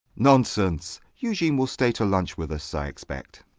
nonsense. eugene will stay to lunch with us, i expect.